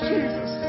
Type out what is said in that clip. Jesus